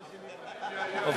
נתקבלה.